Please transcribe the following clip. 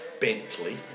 Bentley